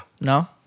No